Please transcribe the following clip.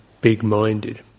big-minded